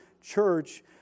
Church